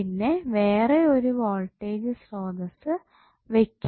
പിന്നെ വേറെ ഒരു വോൾടേജ് സ്രോതസ്സ് വെയ്ക്കും